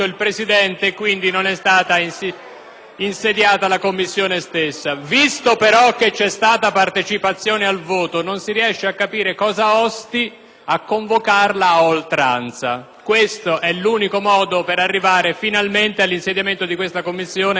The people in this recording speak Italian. banchi della maggioranza).* Visto però che c'è stata partecipazione al voto, non si riesce a capire cosa osti a convocarla ad oltranza. Questo è l'unico modo per arrivare finalmente all'insediamento di questa Commissione, che è di rilevanza costituzionale.